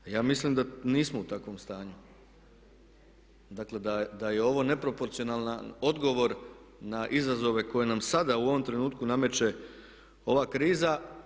Ja mislim da nismo u takvom stanju, dakle da je ovo neproporcionalan odgovor na izazove koje nam sada u ovom trenutku nameće ova kriza.